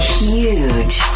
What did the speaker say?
huge